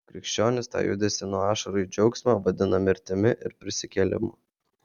krikščionys tą judesį nuo ašarų į džiaugsmą vadina mirtimi ir prisikėlimu